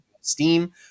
Steam